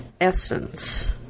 essence